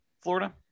Florida